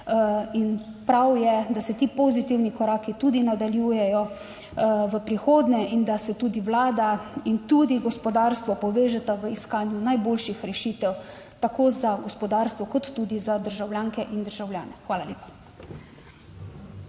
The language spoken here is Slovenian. In prav je, da se ti pozitivni koraki tudi nadaljujejo v prihodnje in da se tudi Vlada in tudi gospodarstvo povežeta v iskanju najboljših rešitev tako za gospodarstvo kot tudi za državljanke in državljane. Hvala lepa.